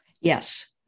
Yes